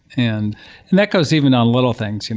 and and that goes even on little things, you know